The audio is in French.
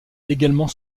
également